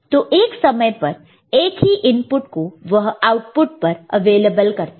तो एक समय पर एक ही इनपुट को वह आउटपुट पर अवेलेबल करता है